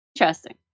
Interesting